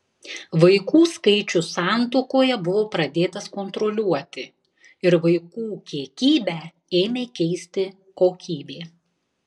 vaikų skaičius santuokoje buvo pradėtas kontroliuoti ir vaikų kiekybę ėmė keisti kokybė